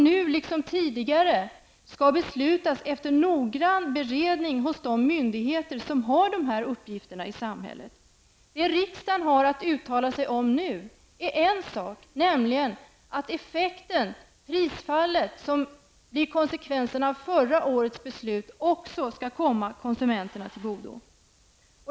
Nu liksom tidigare skall beslut fattas efter mycket noggrann beredning av de myndigheter som har denna uppgift i samhället. Det riksdagen har att uttala sig om nu är en enda sak, nämligen att det prisfall som blir konsekvensen av förra årets beslut också skall komma konsumenterna till godo.